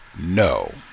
no